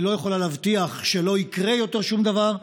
היא לא יכולה להבטיח שלא יקרה יותר שום דבר,